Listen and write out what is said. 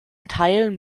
teilen